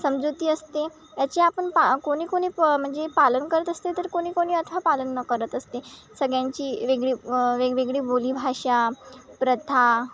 समजूती असते याची आपण पा कोणी कोणी प म्हणजे पालन करत असते तर कोणी कोणी अथवा पालन न करत असते सगळ्यांची वेगळी वेगवेगळी बोलीभाषा प्रथा